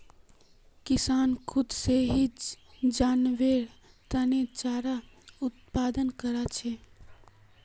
किसान खुद से ही जानवरेर तने चारार उत्पादन करता छे